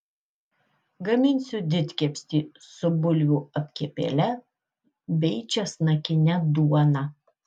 gaminsiu didkepsnį su bulvių apkepėle bei česnakine duona